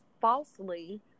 falsely